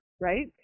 right